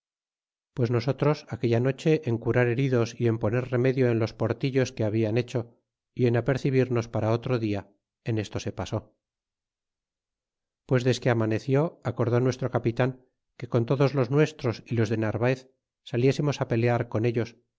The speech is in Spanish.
pues nosotros aquella noche en curar heridos y en poner remedio en los portillos que habian hecho y en apercebirnos para otro dia en esto se pasó pues desque amaneció acordó nuestro capitan que con todos los nuestros y los de narvaez saliésemos á pelear con ellos